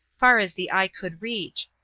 far as the eye could reach,